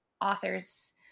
authors